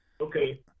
okay